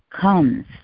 comes